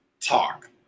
Talk